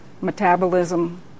metabolism